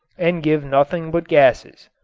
and give nothing but gases.